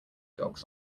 dogs